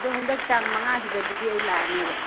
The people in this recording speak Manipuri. ꯑꯗꯨ ꯍꯟꯗꯛ ꯇꯥꯡ ꯃꯉꯥꯁꯤꯗꯕꯨꯗꯤ ꯑꯩ ꯂꯥꯛꯂꯅꯦꯕ